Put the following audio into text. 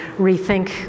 rethink